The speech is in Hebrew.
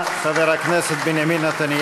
(מחיאות כפיים) תודה לראש הממשלה חבר הכנסת בנימין נתניהו.